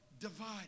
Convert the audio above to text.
divided